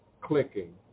clicking